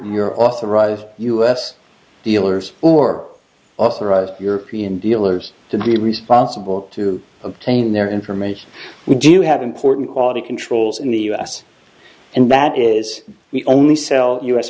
your authorized us dealers or authorized european dealers to be responsible to obtain their information we do have important quality controls in the us and that is we only sell u